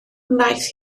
wnaeth